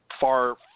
far